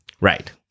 Right